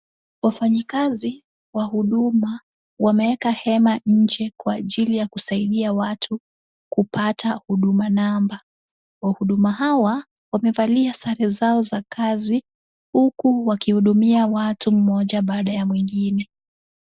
Wafanyikazi wa huduma wameeka hema nje kwa ajili ya kusaidia watu kupata huduma namba. Wahuduma hawa wamevalia sare zao za kazi huku wakihudumia watu mmoja baada ya mwingine.